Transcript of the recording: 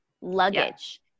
luggage